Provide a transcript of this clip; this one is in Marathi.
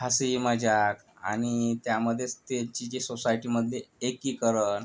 हसी मजाक आणि त्यामशयेच त्याची जे सोसायटीमधले एकीकरण